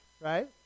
right